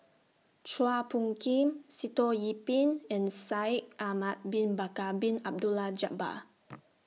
Chua Phung Kim Sitoh Yih Pin and Shaikh Ahmad Bin Bakar Bin Abdullah Jabbar